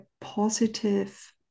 positive